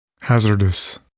Hazardous